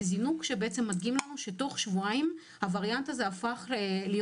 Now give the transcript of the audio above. זינוק שמדגים לנו שתוך שבועיים הווריאנט הזה הפך להיות